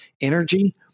energy